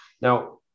Now